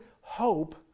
hope